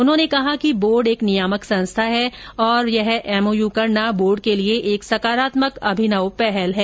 उन्होंने कहा कि बोर्ड एक नियामक संस्था है और यह एमओयू करना बोर्ड के लिए एक संकारात्मक अभिनव पहल है